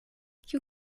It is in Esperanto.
kiu